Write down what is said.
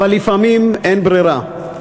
אבל לפעמים אין ברירה.